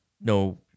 no